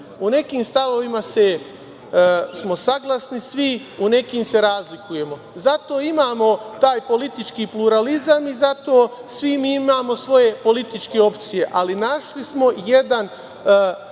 U nekim stavovima smo saglasni svi, u nekim se razlikujemo. Zato imamo taj politički pluralizam i zato svi mi imamo svoje političke opcije, ali našli smo jedan